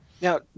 now